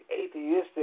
atheistic